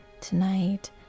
tonight